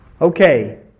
Okay